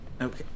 Okay